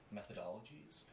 methodologies